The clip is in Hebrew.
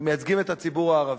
שמייצגים את הציבור הערבי.